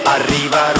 Arriva